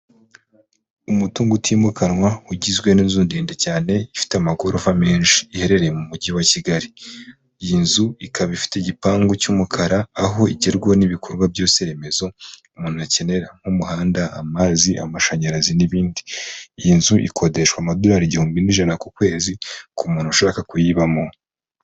Umutungo utimukanwa ugizwe n'inzu ndende cyane ifite amagorofa menshi iherereye mu mujyi wa Kigali. Iyi nzu ikaba ifite igipangu cy'umukara aho igerwaho n'ibikorwa byose remezo umuntu akenera nk'umuhanda, amazi, amashanyarazi, n'ibindi. Iyi nzu ikodeshwa amadolari igihumbi n'ijana ku kwezi ku muntu ushaka kuyibamo.